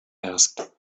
asked